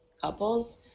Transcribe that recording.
couples